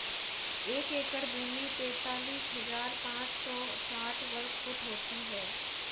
एक एकड़ भूमि तैंतालीस हज़ार पांच सौ साठ वर्ग फुट होती है